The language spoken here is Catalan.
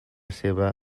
seua